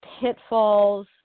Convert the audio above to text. pitfalls